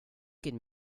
could